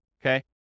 okay